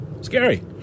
Scary